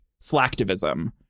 slacktivism